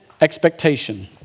expectation